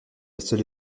seule